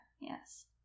yes